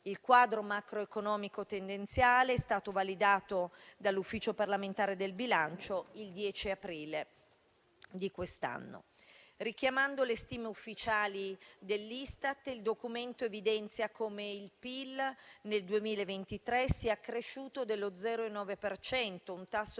Il quadro macroeconomico tendenziale è stato validato dall'Ufficio parlamentare del bilancio il 10 aprile di quest'anno. Richiamando le stime ufficiali dell'Istat, il Documento evidenzia come il PIL nel 2023 sia cresciuto dello 0,9 per